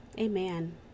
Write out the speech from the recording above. Amen